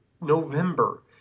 November